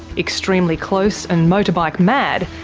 extremely close and motorbike mad,